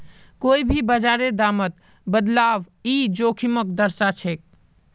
कोई भी बाजारेर दामत बदलाव ई जोखिमक दर्शाछेक